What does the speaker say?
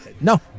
No